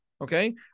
okay